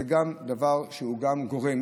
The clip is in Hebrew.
זה דבר שהוא גם גורם.